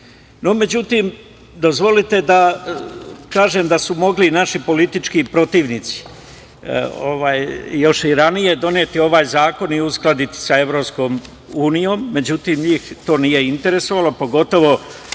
tajnom.Međutim, dozvolite da kažem da su mogli naši politički protivnici još i ranije doneti ovaj zakon i uskladiti sa EU, međutim, njih to nije interesovalo, pogotovo